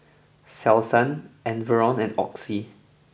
Selsun Enervon and Oxy